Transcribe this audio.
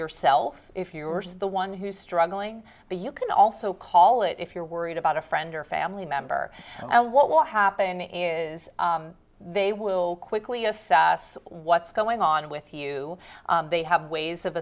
yourself if you are the one who's struggling but you can also call it if you're worried about a friend or family member and what will happen is they will quickly assess what's going on with you they have ways of